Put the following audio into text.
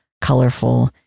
colorful